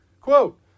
Quote